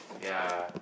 ya